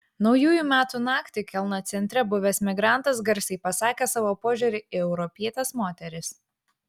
naujųjų metų naktį kelno centre buvęs migrantas garsiai pasakė savo požiūrį į europietes moteris